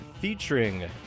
featuring